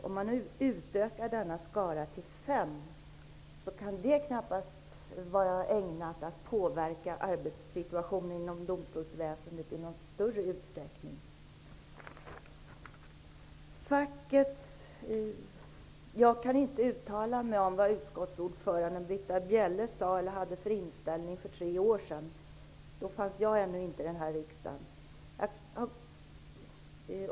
Om vi då utökar denna skara till fem kan det knappast vara ägnat att påverka arbetssituationen inom domstolsväsendet i någon större utsträckning. Jag kan inte uttala mig om vad utskottsordförande Britta Bjelle sade eller vad hon hade för inställning för tre år sedan. Då fanns jag ännu inte i riksdagen.